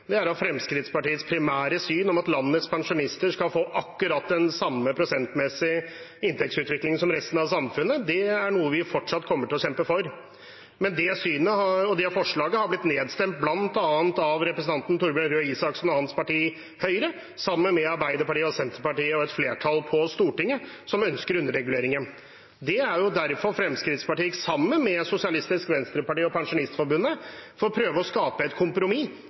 Det er Fremskrittspartiets primære syn at landets pensjonister skal få akkurat den samme prosentmessige inntektsutviklingen som resten av samfunnet, og det er noe vi fortsatt kommer til å kjempe for. Men det forslaget har blitt nedstemt, bl.a. av representanten Torbjørn Røe Isaksen og hans parti Høyre, sammen med Arbeiderpartiet og Senterpartiet og et flertall på Stortinget, som ønsker underreguleringen. Det er derfor Fremskrittspartiet, sammen med Sosialistisk Venstreparti og Pensjonistforbundet, prøver å skape et kompromiss,